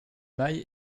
maille